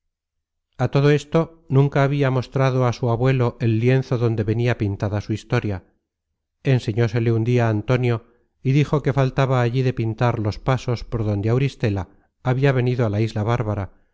a todo esto nunca habia mostrado a su abuelo el lienzo donde venia pintada su historia enseñósele un dia antonio y dijo que faltaba allí de pintar los pasos por donde auristela habia venido a la isla bárbara